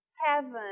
heaven